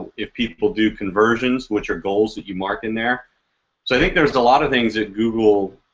if people do conversions which are goals that you're marking there. so i think there's a lot of things that google